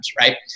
Right